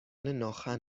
ناخن